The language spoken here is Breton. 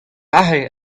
aze